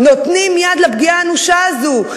נותנים יד לפגיעה האנושה הזאת.